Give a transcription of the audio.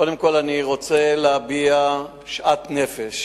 קודם כול אני רוצה להביע שאט נפש